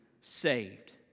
saved